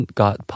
got